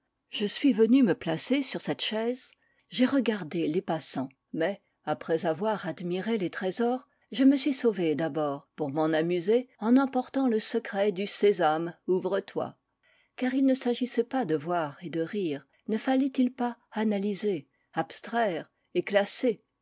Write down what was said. je suis venu me placer sur une chaise j'ai regardé les passants mais après avoir admiré les trésors je me suis sauvé d'abord pour m'en amuser en emportant le secret du sésame ouvre-toi car il ne s'agissait pas de voir et de rire ne fallait-il pas analyser abstraire et classer